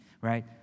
right